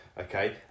Okay